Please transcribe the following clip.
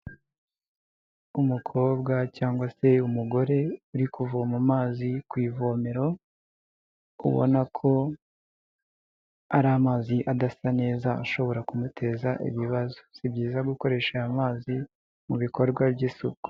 Umukobwa cyangwa se umugore uri kuvoma mazi ku ivomero ubona ko ari amazi adasa neza ashobora kumuteza ibibazo, si byiza gukoresha aya mazi mu bikorwa by'isuku.